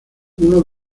uno